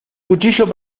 cuchillo